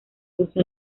ruso